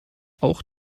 auch